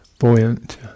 buoyant